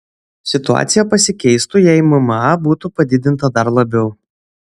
situacija pasikeistų jei mma būtų padidinta dar labiau